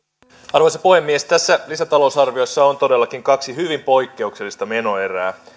arvoisa puhemies tässä lisätalousarviossa on todellakin kaksi hyvin poikkeuksellista menoerää